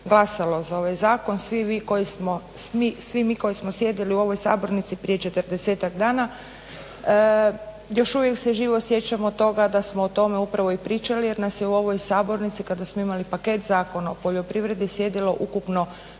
glasalo za ovaj zakon, svi vi, mi koji smo sjedili u ovoj sabornici prije 40 dana, još uvijek se živo sjećamo toga, da smo o tome upravo i pričali, jer nas je u ovoj sabornici kada smo imali paket zakona o poljoprivredi sjedilo ukupno